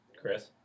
Chris